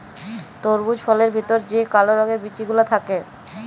তরমুজ ফলের ভেতর যে কাল রঙের বিচি গুলা থাক্যে